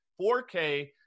4K